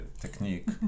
technique